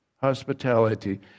hospitality